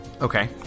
Okay